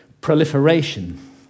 proliferation